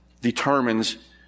determines